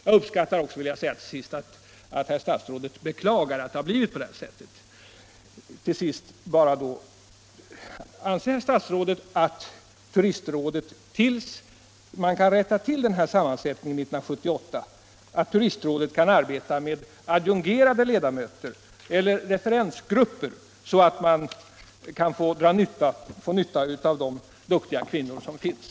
Jag uppskattar emellertid, det vill jag säga till sist, att statsrådet beklagar att det har blivit på det här sättet. Slutligen en fråga: anser herr statsrådet att turistrådet till dess man kan rätta till den här sammansättningen 1978, kan arbeta med adjungerade ledamöter eller referensgrupper, så att det kan få nytta av alla de duktiga och välkvalificerade kvinnor som finns?